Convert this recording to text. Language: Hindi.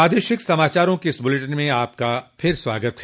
प्रादेशिक समाचारों के इस बुलेटिन में आपका फिर से स्वागत है